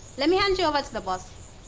let me hand you over to the boss.